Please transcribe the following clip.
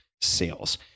sales